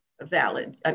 valid